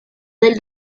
del